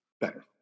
better